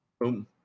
boom